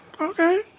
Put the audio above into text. Okay